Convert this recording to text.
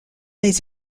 les